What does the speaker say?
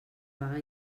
vaga